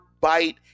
bite